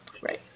Right